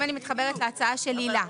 אם אני מתחברת להצעה של הילה.